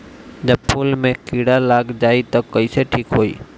जब फूल मे किरा लग जाई त कइसे ठिक होई?